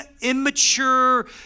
immature